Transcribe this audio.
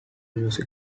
music